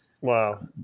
Wow